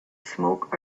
smoke